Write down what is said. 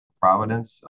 Providence